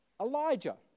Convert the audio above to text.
Elijah